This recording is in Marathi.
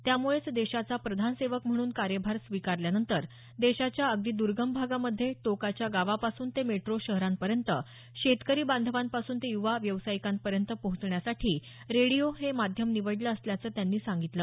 त्यामुळेच देशाचा प्रधान सेवक म्हणून कार्यभार स्वीकारल्यानंतर देशाच्या अगदी दुर्गम भागामध्ये टोकाच्या गावापासून ते मेट्रो शहरांपर्यंत शेतकरी बांधवांपासून ते युवा व्यावसायिकापर्यंत पोहोचण्यासाठी रेडिओ हे माध्यम निवडलं असल्याचं त्यांनी सांगितलं